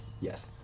yes